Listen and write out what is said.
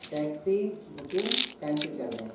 taxi booking cancel کر دیں